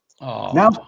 Now